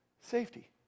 safety